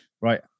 Right